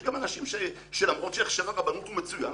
יש גם אנשים שלמרות שהכשר הרבנות הוא מצוין,